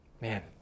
Man